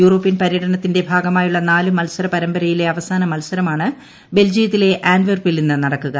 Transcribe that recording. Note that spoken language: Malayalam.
യൂറോപ്യൻ പര്യടനത്തിന്റെ ഭാഗമായുളള നാലു മത്സര പരമ്പരയിലെ അവസാന മത്സരമാണ് ബെൽജിയത്തിലെ ആന്റ്വെർപ്പിൽ ഇന്ന് നടക്കുക